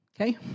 Okay